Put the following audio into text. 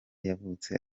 yavutse